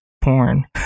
porn